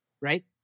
right